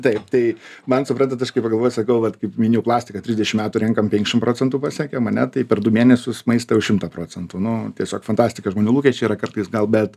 taip tai man suprantat aš kai pagalvoju sakau vat kaip minėjau plastiką trisdešim metų renkam penkiasdešim procentų pasiekėm ane tai per du mėnesius maistą už šimtą procentų nu tiesiog fantastika žmonių lūkesčiai yra kartais gal bet